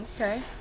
Okay